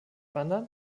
wandern